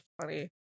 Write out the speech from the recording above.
funny